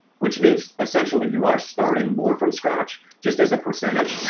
which means, essentially, you are starting more from scratch just as a percentage.